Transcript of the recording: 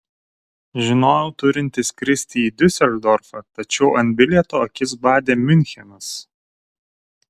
žinojau turinti skristi į diuseldorfą tačiau ant bilieto akis badė miunchenas